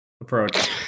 approach